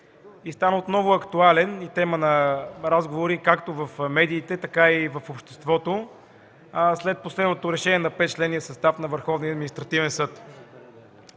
и стана отново актуален – тема на разговори както в медиите, така и в обществото, след последното решение на 5-членния състав на